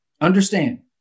Understand